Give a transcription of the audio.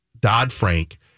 Dodd-Frank